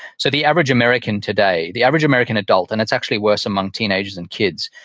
so the average american today, the average american adult, and it's actually worse among teenagers and kids,